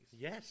yes